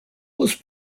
was